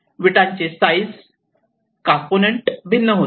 विटांचे size component खूप भिन्न होते